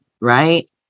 right